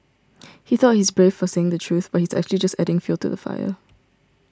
he thought he's brave for saying the truth but he's actually just adding fuel to the fire